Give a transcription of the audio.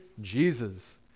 Jesus